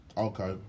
Okay